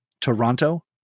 Toronto